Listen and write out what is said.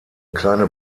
kleine